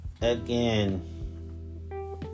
Again